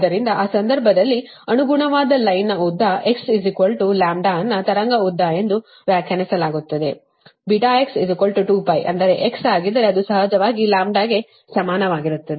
ಆದ್ದರಿಂದ ಆ ಸಂದರ್ಭದಲ್ಲಿ ಅನುಗುಣವಾದ ಲೈನ್ ನ ಉದ್ದ x λ ಅನ್ನು ತರಂಗ ಉದ್ದ ಎಂದು ವ್ಯಾಖ್ಯಾನಿಸಲಾಗುತ್ತದೆβx2π ಅಂದರೆ x ಆಗಿದ್ದರೆ ಅದು ನಿಜವಾಗಿ λ ಗೆ ಸಮಾನವಾಗಿರುತ್ತದೆ